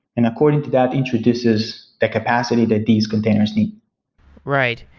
and according to that, introduces the capacity that these containers need right.